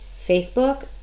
Facebook